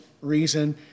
reason